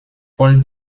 paul